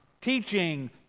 teaching